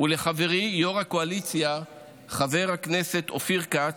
ולחברי יו"ר הקואליציה חבר הכנסת אופיר כץ,